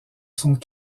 sont